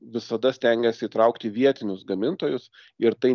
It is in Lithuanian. visada stengiasi įtraukti vietinius gamintojus ir tai